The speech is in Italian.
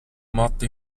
morte